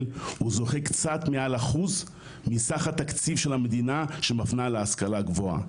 וזוכה קצת מעל אחוז מסך התקציב של המדינה שמפנה להשכלה הגבוהה,